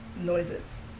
noises